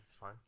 Fine